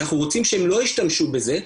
אנחנו רוצים שהם לא ישתמשו בזה,